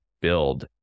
build